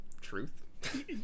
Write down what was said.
truth